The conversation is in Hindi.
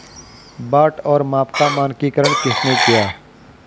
बाट और माप का मानकीकरण किसने किया?